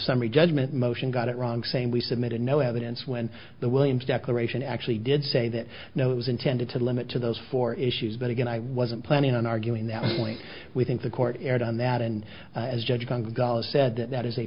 summary judgment motion got it wrong saying we submitted no evidence when the williams declaration actually did say that no it was intended to limit to those four issues but again i wasn't planning on arguing that point we think the court erred on that and as